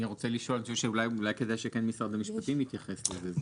אני רוצה לשאול, כדאי שמשרד המשפטים יתייחס לזה.